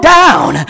down